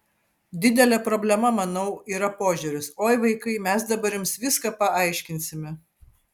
didelė problema manau yra požiūris oi vaikai mes dabar jums viską paaiškinsime